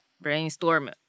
Brainstorm